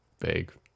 vague